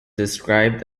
described